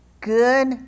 Good